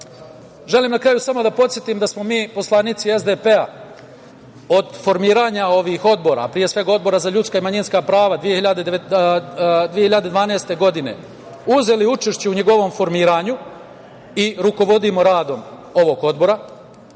Vlade. Želim na kraju samo da podsetim da smo mi, poslanici SDP-a, od formiranja ovih odbora, a pre svega Odbora za ljudska i manjinska prava 2012. godine, uzeli učešće u njegovom formiranju i rukovodimo radom ovog Odbora